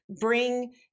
Bring